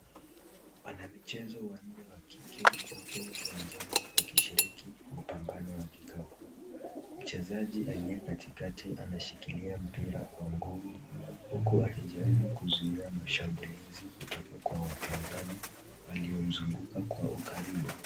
Wanamichezo wa kike wapo uwanjani, wakishiriki mapambano wa kikapu mchezaji aliyekatikati ameshikilia mpira kwa nguvu huku akijaribu kuzuia mashambulizi kutoka kwa wapinzani walio mzunguka kwa ukaribu.